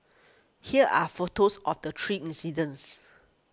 here are photos of the three incidents